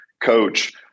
coach